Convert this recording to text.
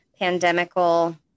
pandemical